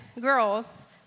girls